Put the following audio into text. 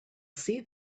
see